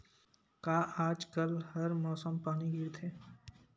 का आज कल हर मौसम पानी गिरथे?